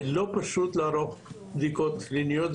לא פשוט לערוך בדיקות קליניות,